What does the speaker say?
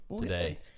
today